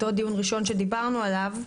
אותו דיון ראשון שדיברנו עליו,